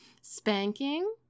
Spanking